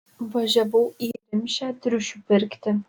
važiavau į rimšę triušių pirkti